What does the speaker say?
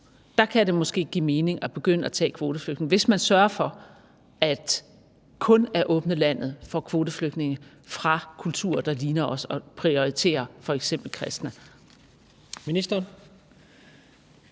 kan det måske give mening at begynde at tage kvoteflygtninge, hvis man altså sørger for kun at åbne landet for kvoteflygtninge fra kulturer, der ligner os, og prioritere f.eks. kristne. Kl.